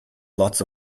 lots